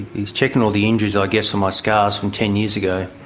he's checking all the injuries, i guess, or my scars from ten years ago.